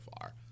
far